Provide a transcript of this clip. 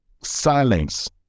silence